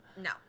no